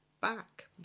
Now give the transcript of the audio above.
back